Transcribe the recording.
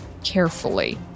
carefully